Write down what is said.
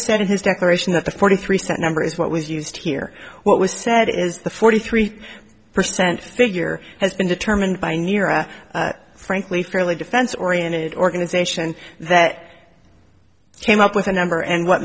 in his declaration that the forty three cent number is what was used here what was said is the forty three percent figure has been determined by nira frankly fairly defense oriented organization that came up with a number and what